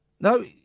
No